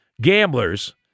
gamblers